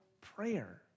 prayer